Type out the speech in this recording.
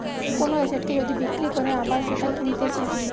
কোন এসেটকে যদি বিক্রি করে আবার সেটা কিনতেছে